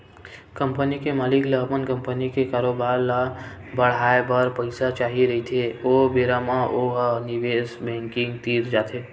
company के मालिक ल अपन कंपनी के कारोबार ल बड़हाए बर पइसा चाही रहिथे ओ बेरा म ओ ह निवेस बेंकिग तीर जाथे